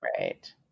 Right